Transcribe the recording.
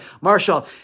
Marshall